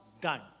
done